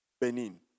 Benin